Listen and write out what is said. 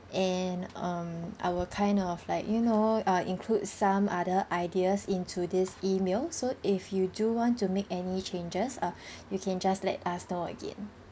and um I will kind of like you know uh include some other ideas into this email so if you do want to make any changes uh you can just let us know again